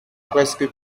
presque